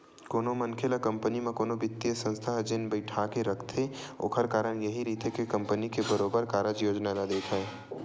कोनो मनखे ल कंपनी म कोनो बित्तीय संस्था ह जेन बइठाके रखथे ओखर कारन यहीं रहिथे के कंपनी के बरोबर कारज योजना ल देखय